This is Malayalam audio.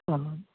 ആ